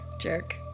Jerk